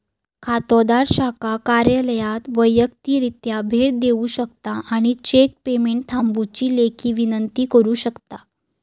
खातोदार शाखा कार्यालयात वैयक्तिकरित्या भेट देऊ शकता आणि चेक पेमेंट थांबवुची लेखी विनंती करू शकता